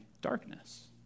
darkness